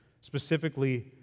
specifically